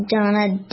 Jonah